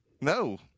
No